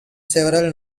several